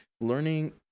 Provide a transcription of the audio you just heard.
learning